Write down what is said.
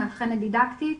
מאבחנת דידקטית,